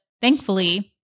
thankfully